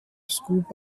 scoop